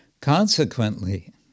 Consequently